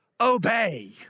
obey